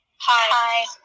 Hi